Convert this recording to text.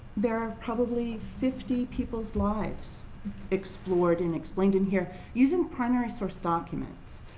there are probably fifty people's lives explored and explained in here using primary source documents.